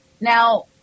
now